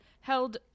held